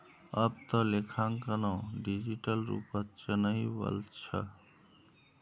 अब त लेखांकनो डिजिटल रूपत चनइ वल छ